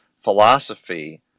philosophy